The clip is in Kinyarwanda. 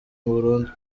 burundu